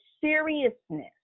seriousness